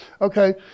Okay